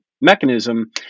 mechanism